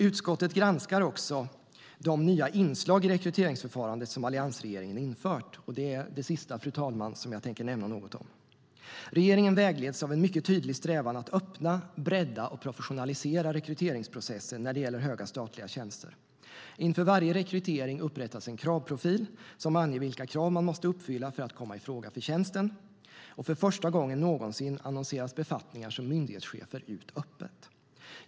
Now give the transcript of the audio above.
Utskottet granskar också de nya inslag i rekryteringsförfarandet som alliansregeringen infört. Detta, fru talman, är det sista som jag tänker nämna några ord om. Regeringen vägleds av en mycket tydlig strävan att öppna, bredda och professionalisera rekryteringsprocessen när det gäller höga statliga tjänster. Inför varje rekrytering upprättas en kravprofil som anger vilka krav man måste uppfylla för att komma i fråga för tjänsten. För första gången någonsin utannonseras öppet befattningar som myndighetschefer.